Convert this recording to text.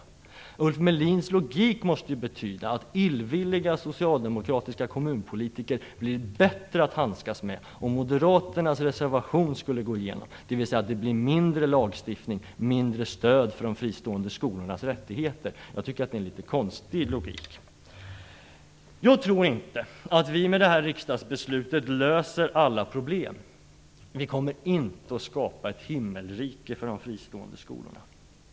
Med Ulf Melins logik måste det betyda att illvilliga socialdemokratiska kommunpolitiker blir bättre att handskas med om moderaternas reservation skulle gå igenom, dvs. att det blir mindre lagstiftning och mindre stöd för de fristående skolornas rättigheter. Det är en litet konstig logik. Jag tror inte att vi med det här riksdagsbeslutet löser alla problem. Vi kommer inte att skapa ett himmelrike för de fristående skolorna.